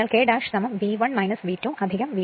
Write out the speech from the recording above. അതിനാൽ K V 1 V 2 V 2 V 2